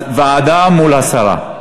אז ועדה מול הסרה.